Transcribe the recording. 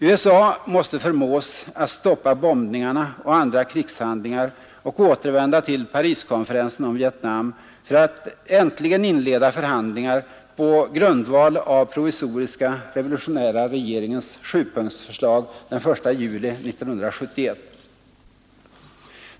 USA måste förmås att stoppa bombningarna och andra krigshandlingar och återvända till Pariskonferensen om Vietnam för att äntligen inleda förhandlingar på grundval av Provisoriska revolutionära regeringens sjupunktsförslag den 1 juli 1971.